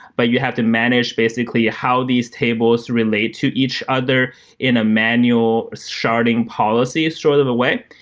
but you have to manage basically how these tables relate to each other in a manual sharding policy sort of way.